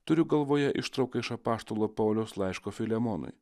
turiu galvoje ištrauką iš apaštalo pauliaus laiško filemonui